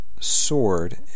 sword